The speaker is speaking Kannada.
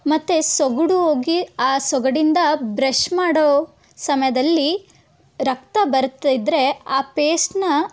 ಮತ್ತು ಸೊಗಡು ಹೋಗಿ ಆ ಸೊಗಡಿಂದ ಬ್ರಷ್ ಮಾಡೋ ಸಮಯದಲ್ಲಿ ರಕ್ತ ಬರ್ತಿದ್ದರೆ ಆ ಪೇಸ್ಟನ್ನ